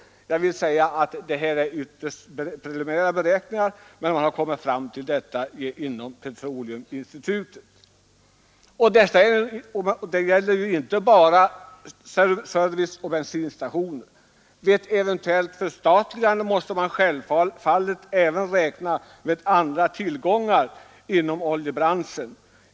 Det här är ytterst preliminära beräkningar som man gjort inom Petroleuminstitutet. Men förslaget gäller ju inte bara serviceoch bensinstationer; vid ett eventuellt förstatligande måste man självfallet räkna även med andra tillgångar inom oljebranschen.